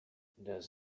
does